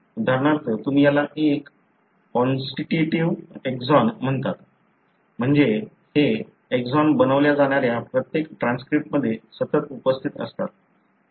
उदाहरणार्थ तुम्ही याला एक कॉन्स्टिटूटीव्ह एक्सॉन म्हणता म्हणजे हे एक्सॉन बनवल्या जाणाऱ्या प्रत्येक ट्रान्सक्रिप्टमध्ये सतत उपस्थित असतात